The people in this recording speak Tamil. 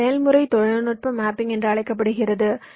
இது செயல்முறை தொழில்நுட்ப மேப்பிங் என்று அழைக்கப்படுகிறது